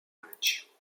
matches